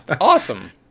awesome